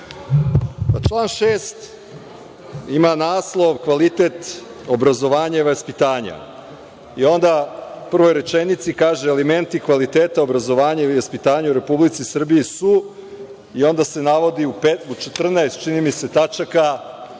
Član 6. ima naslov – Kvalitet obrazovanja i vaspitanja. Onda u prvoj rečenici kaže – elementi kvaliteta obrazovanja i vaspitanja u Republici Srbiji su i onda se navodi u četrnaest tačaka